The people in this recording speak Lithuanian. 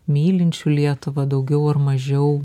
mylinčių lietuvą daugiau ar mažiau